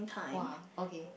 !wah! okay